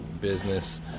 business